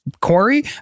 Corey